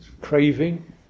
Craving